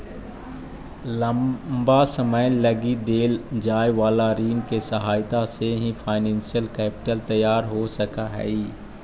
लंबा समय लगी देल जाए वाला ऋण के सहायता से भी फाइनेंशियल कैपिटल तैयार हो सकऽ हई